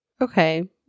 Okay